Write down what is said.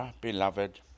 beloved